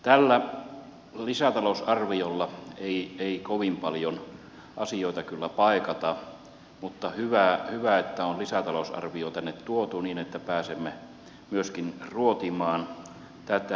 tällä lisätalousarviolla ei kovin paljon asioita kyllä paikata mutta hyvä että on lisätalousarvio tänne tuotu niin että pääsemme myöskin ruotimaan tätä